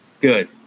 good